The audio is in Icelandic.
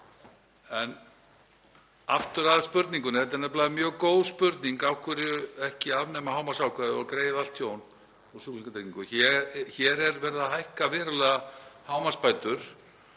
En aftur að spurningunni. Þetta er nefnilega mjög góð spurning: Af hverju ekki að afnema hámarksákvæðið og greiða allt tjón úr sjúklingatryggingu? Hér er verið að hækka verulega hámarksbætur